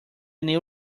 new